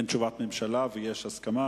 ויש הסכמה,